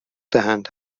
دهند